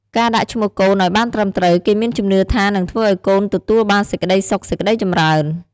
ការដាក់ឈ្មោះកូនឲ្យបានត្រឹមត្រូវ គេមានជំនឿថានិងធ្វើឲ្យកូនទទួលបានសេចក្ដីសុខសេក្ដីចម្រើន។